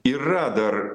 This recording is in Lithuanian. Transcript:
yra dar